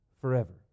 forever